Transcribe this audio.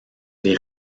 les